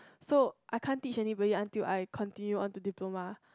so I can't teach anybody until I continue on to diploma